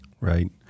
Right